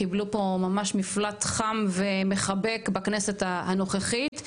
קיבלו פה ממש מפלט חם ומחבק בכנסת הנוכחית,